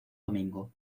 domingo